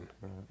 Right